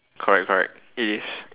correct correct it is